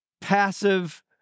passive